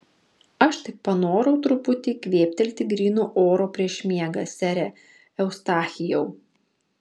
aš tik panorau truputį kvėptelti gryno oro prieš miegą sere eustachijau